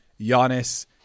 Giannis